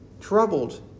troubled